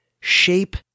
shape